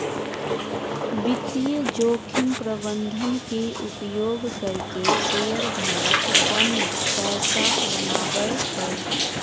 वित्तीय जोखिम प्रबंधन के उपयोग करके शेयर धारक पन पैसा बनावय हय